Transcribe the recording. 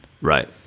right